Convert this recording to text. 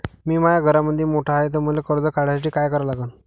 मी माया घरामंदी मोठा हाय त मले कर्ज काढासाठी काय करा लागन?